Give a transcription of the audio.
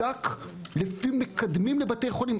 יחולק לפי מקדמים לבתי חולים.